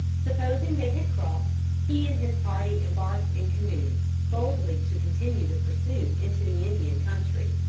supposing they had crossed, he and his party embarked in canoes, boldly to continue the pursuit into the indian country.